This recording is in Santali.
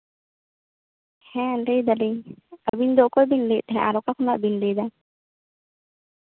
ᱦᱮᱸ ᱞᱟᱹᱭ ᱫᱟᱞᱤᱧ ᱟᱹᱵᱤᱱ ᱫᱚ ᱚᱠᱚᱭᱵᱤᱱ ᱞᱟᱹᱭᱮᱫ ᱛᱟᱦᱮᱱᱟ ᱟᱨ ᱚᱠᱟ ᱠᱷᱚᱱᱟᱜ ᱵᱮᱱ ᱞᱟᱹᱭᱫᱟ